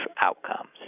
outcomes